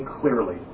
clearly